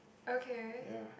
yeah